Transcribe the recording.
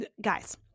guys